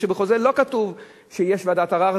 מפני שבחוזה לא כתוב שיש ועדת ערר,